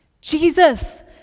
Jesus